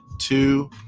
two